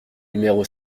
numéro